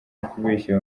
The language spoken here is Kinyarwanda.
ukubeshya